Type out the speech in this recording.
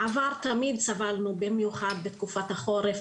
בעבר תמיד סבלנו במיוחד בתקופת החורף,